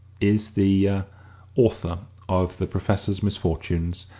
is the er author of the professor's misfortunes,